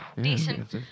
decent